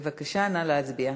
בבקשה, נא להצביע.